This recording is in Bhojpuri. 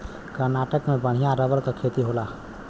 कर्नाटक में बढ़िया रबर क खेती होला